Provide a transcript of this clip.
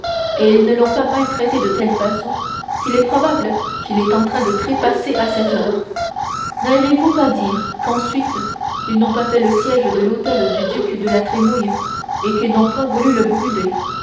et ne l'ont pas maltraité de telle façon qu'il est probable qu'il est en train de trépasser à cette heure n'allez-vous pas dire qu'ensuite ils n'ont pas fait le siège de l'hôtel du duc de la trémouille et qu'ils n'ont point voulu le brûler